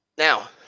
Now